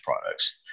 products